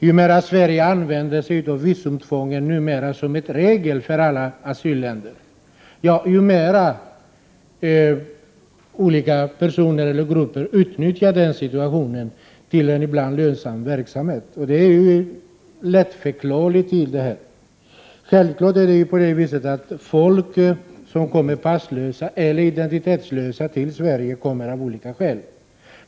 Ju mer Sverige använder sig av visumtvånget, numera en regel för alla asylländer, desto mer utnyttjar olika personer och grupper den situationen till en ibland lönsam verksamhet. Det är lättförklarligt. Folk som kommer passlösa eller identitetslösa till Sverige kommer självfallet av olika skäl.